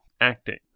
acting